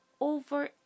over